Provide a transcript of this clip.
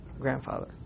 grandfather